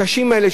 הקשים האלה,